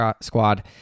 squad